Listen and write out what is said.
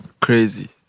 crazy